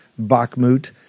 Bakhmut